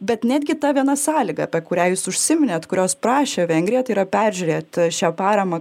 bet netgi ta viena sąlyga apie kurią jūs užsiminėt kurios prašė vengrija tai yra peržiūrėt šią paramą